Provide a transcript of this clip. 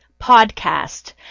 PODCAST